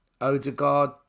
Odegaard